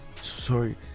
Sorry